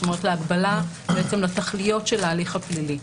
זאת אומרת, להגבלה בעצם לתכליות של ההליך הפלילי.